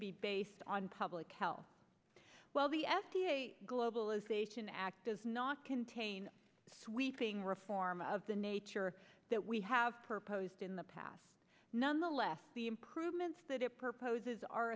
be based on public health well the f d a globalization act does not contain sweeping reform of the nature that we have proposed in the past nonetheless the improvements that it proposes are